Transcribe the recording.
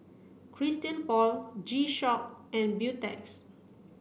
Christian Paul G Shock and Beautex